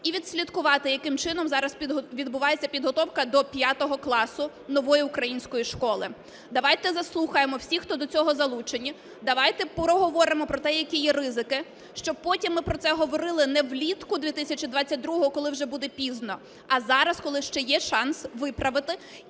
і відслідкувати, яким чином зараз відбувається підготовка до п'ятого класу Нової української школи. Давайте заслухаємо всіх, хто до цього залучені. Давайте проговоримо про те, які є ризики, щоб потім ми про це говорили не влітку 2022, коли вже буде пізно, а зараз, коли ще є шанс виправити